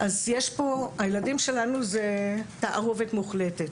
אז יש פה, הילדים שלנו זה תערובת מוחלטת